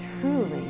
truly